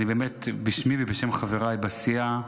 באמת, בשמי ובשם חבריי לסיעה,